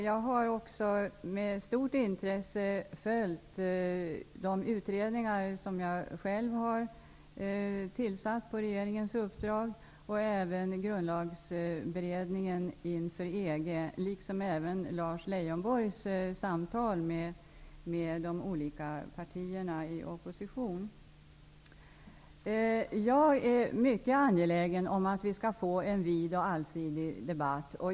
Jag har också med stort intresse följt de utredningar som jag själv på regeringens uppdrag har tillsatt och även grundlagsberedningen inför EG, liksom Lars Jag är mycket angelägen om att vi skall få en vid och allsidig debatt.